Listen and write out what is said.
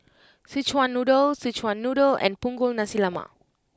Szechuan Noodle Szechuan Noodle and Punggol Nasi Lemak